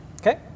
Okay